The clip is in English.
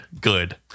good